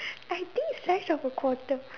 I think size of a quarter